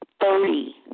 thirty